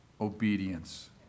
obedience